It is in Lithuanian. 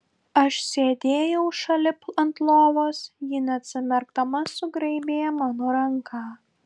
aš sėdėjau šalip ant lovos ji neatsimerkdama sugraibė mano ranką